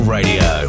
Radio